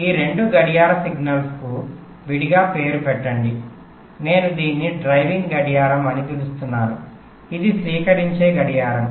కాబట్టి ఈ రెండు గడియార సిగ్నల్కు విడిగా పేరు పెట్టండి నేను దీన్ని డ్రైవింగ్ గడియారం అని పిలుస్తున్నాను ఇది స్వీకరించే గడియారం